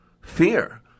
Fear